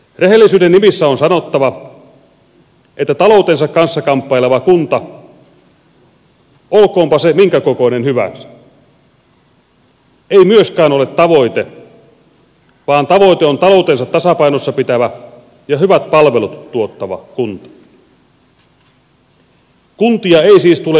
rehellisyyden nimissä on sanottava että taloutensa kanssa kamppaileva kunta olkoonpa se minkä kokoinen hyvänsä ei myöskään ole tavoite vaan tavoite on taloutensa tasapainossa pitävä ja hyvät palvelut tuottava kunta